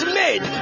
made